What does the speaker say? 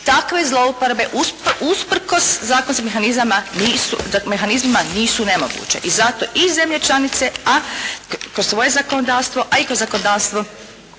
takve zlouporabe usprkos zakonskim mehanizmima nisu nemoguće. I zato i zemlje članice, a kroz svoje zakonodavstvo, a i kroz zakonodavstvo